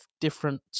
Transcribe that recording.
different